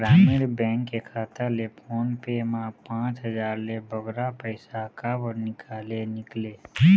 ग्रामीण बैंक के खाता ले फोन पे मा पांच हजार ले बगरा पैसा काबर निकाले निकले?